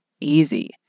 easy